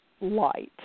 light